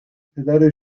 پدر